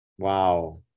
Wow